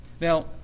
Now